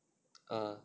uh